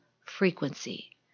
frequency